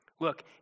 Look